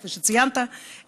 כפי שציינת,